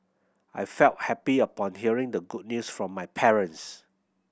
I felt happy upon hearing the good news from my parents